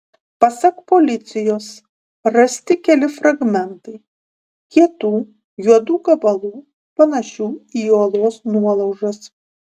pasak policijos rasti keli fragmentai kietų juodų gabalų panašių į uolos nuolaužas